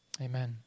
Amen